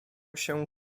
się